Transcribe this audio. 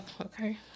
okay